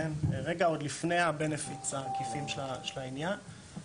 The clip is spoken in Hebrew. עוד לפני הבנפיטס ההיקפים של העניין.